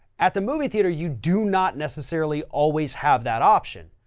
at the movie theater you do not necessarily always have that option.